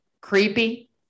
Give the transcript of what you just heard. Creepy